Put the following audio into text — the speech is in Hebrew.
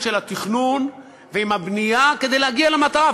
של התכנון ועם הבנייה כדי להגיע למטרה.